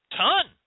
ton